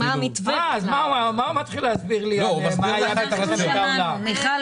למה הוא מתחיל להסביר לי מה היה אחרי מלחמת העולם?